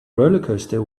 rollercoaster